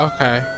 Okay